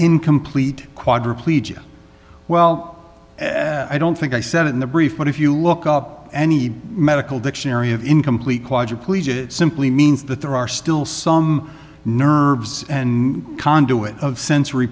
incomplete quadriplegia well i don't think i said it in the brief but if you look up any medical dictionary of incomplete quadriplegic it simply means that there are still some nerves and conduit of sensory